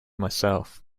myself